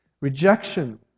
Rejection